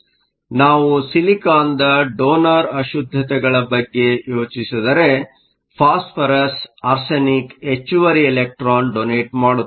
ಆದ್ದರಿಂದ ನಾವು ಸಿಲಿಕಾನ್ದ ಡೋನರ್Donor ಅಶುದ್ದತೆಗಳ ಬಗ್ಗೆ ಯೋಚಿಸಿದರೆ ಫಾಸ್ಫರಸ್Phosporus ಆರ್ಸೆನಿಕ್ಗಳು ಹೆಚ್ಚುವರಿ ಎಲೆಕ್ಟ್ರಾನ್ ಡೋನೆಟ್ ಮಾಡುತ್ತವೆ